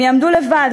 הם יעמדו לבד,